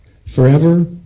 Forever